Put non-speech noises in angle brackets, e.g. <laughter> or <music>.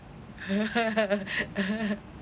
<laughs>